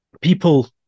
people